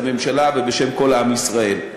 הממשלה וכל עם ישראל.